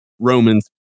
Romans